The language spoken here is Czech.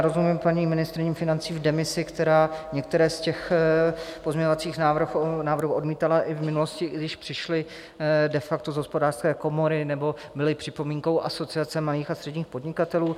Rozumím paní ministryni financí v demisi, která některé z těch pozměňovacích návrhů odmítala i v minulosti, i když přišly de facto z Hospodářské komory nebo byly připomínkou Asociace malých a středních podnikatelů.